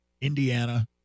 Indiana